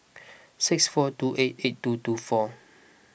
six four two eight eight two two four